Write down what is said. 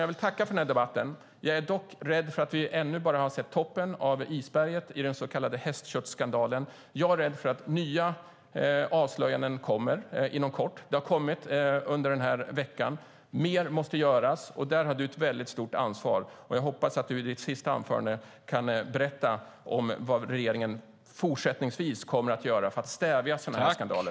Jag vill tacka för den här debatten. Jag är dock rädd för att vi bara har sett toppen av isberget i den så kallade hästköttsskandalen. Jag är rädd för att nya avslöjanden kommer inom kort - det har kommit under den här veckan. Mer måste göras, och där har du ett stort ansvar. Jag hoppas att du i ditt sista anförande kan berätta om vad regeringen fortsättningsvis kommer att göra för att stävja sådana här skandaler.